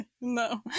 No